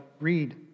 read